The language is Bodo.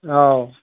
औ